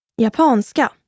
Japanska